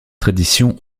tradition